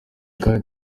kandi